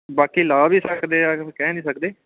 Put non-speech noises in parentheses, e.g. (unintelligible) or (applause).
ਬਾਕੀ ਲਾ ਵੀ ਸਕਦੇ ਆ (unintelligible) ਕਹਿ ਨਹੀ ਸਕਦੇ